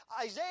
Isaiah